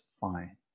fine